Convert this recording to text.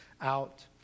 out